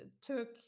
took